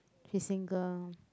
she's single